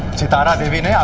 sitara devi and yeah